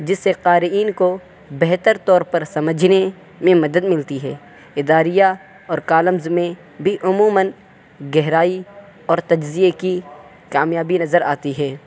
جس سے قارئین کو بہتر طور پر سمجھنے میں مدد ملتی ہے اداریہ اور کالمز میں بھی عموماً گہرائی اور تجزیے کی کامیابی نظر آتی ہے